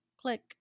click